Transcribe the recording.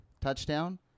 touchdown